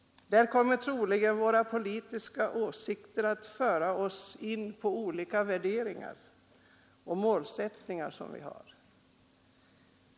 Då kommer troligen våra politiska åsikter att föra oss in på olika värderingar och målsättningar som vi har.